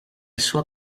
sua